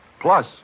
plus